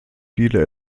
viele